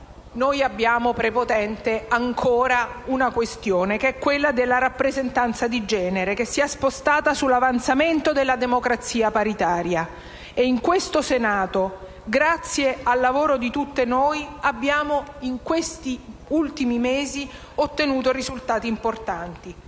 noi abbiamo, prepotente, ancora una questione da affrontare che è quella della rappresentanza di genere, che si è spostata sull'avanzamento della democrazia paritaria. In questo Senato, grazie al lavoro di tutte noi, abbiamo, negli ultimi mesi, ottenuto risultati importanti.